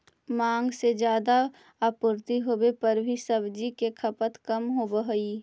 माँग से ज्यादा आपूर्ति होवे पर भी सब्जि के खपत कम होवऽ हइ